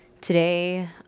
today